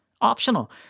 optional